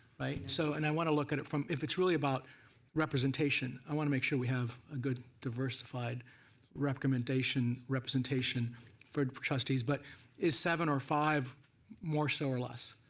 right? so and i want to look at it if it's really about representation i want to make sure we have a good diversified recommendation representation for for trustees, but is seven or five more so or less?